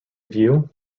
view